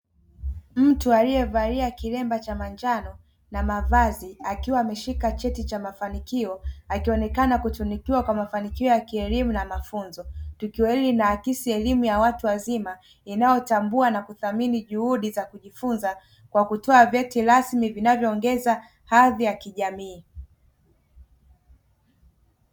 Mtu aliyevalia kilemba cha manjano na mavazi akiwa ameshika cheti cha mafanikio, akionekana kutunukiwa kwa mafanikio ya kielimu na mafunzo. Tukio hili linaakisa elimu ya watu wazima inayotambua na kuthamini juhudi za kujifunza kwa kutoa vyeti rasmi vinavyoongeza hadhi ya kijamii.